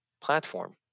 platform